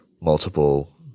multiple